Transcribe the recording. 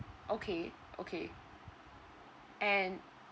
okay okay and